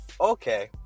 okay